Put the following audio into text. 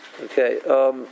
Okay